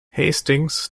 hastings